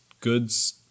goods